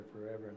forever